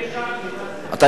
אני